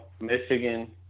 Michigan